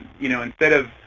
you know, instead of